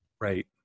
Right